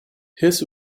his